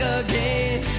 again